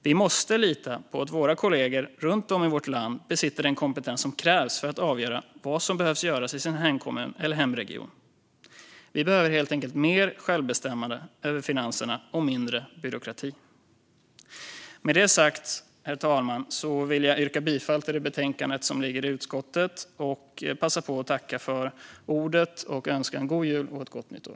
Vi måste lita på att våra kollegor runt om i vårt land besitter den kompetens som krävs för att avgöra vad som behöver göras i deras hemkommun eller hemregion. Vi behöver helt enkelt mer självbestämmande över finanserna och mindre byråkrati. Herr talman! Jag yrkar bifall till förslaget i utskottets betänkande och passar på att önska en god jul och ett gott nytt år.